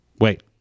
Wait